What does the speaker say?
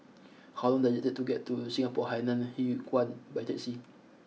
how long does it take to get to Singapore Hainan Hwee Kuan by taxi